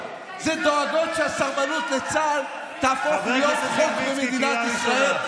זה לדאוג שהסרבנות לצה"ל תהפוך להיות חוק במדינת ישראל.